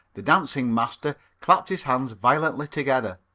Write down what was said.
the dancing master clapped his hands violently together,